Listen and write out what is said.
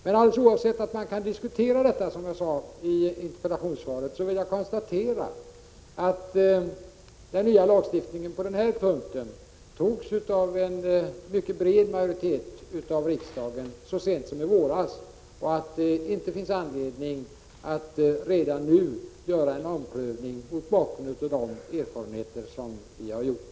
Men alldeles oavsett att man kan diskutera detta, som jag sade i interpellationssvaret, vill jag konstatera att den nya lagstiftningen på den här punkten antogs av en mycket bred riksdagsmajoritet så sent som i våras och att det inte finns någon anledning att redan nu göra en omprövning mot bakgrund av de erfarenheter som vi har gjort.